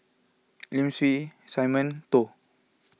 Lim Swe Simon Toh